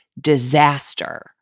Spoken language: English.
disaster